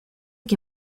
que